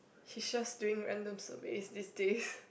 she's just doing random surveys these days